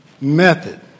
method